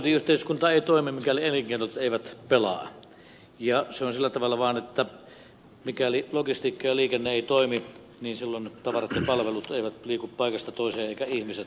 hyvinvointiyhteiskunta ei toimi mikäli elinkeinot eivät pelaa ja se on sillä tavalla vaan että mikäli logistiikka ja liikenne eivät toimi niin silloin tavarat ja palvelut eivät liiku paikasta toiseen eivätkä ihmisetkään